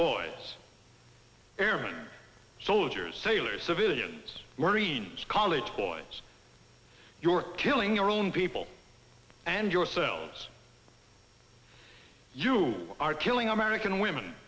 boys airmen soldiers sailors civilians worried college boys you're killing your own people and yourselves you are killing american women